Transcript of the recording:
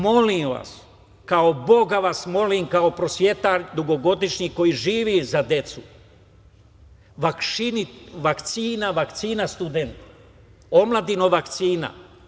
Molim vas, kao Boga vas molim, kao prosvetar dugogodišnji, koji živi za decu, vakcina, vakcina, studenti, omladino, vakcina.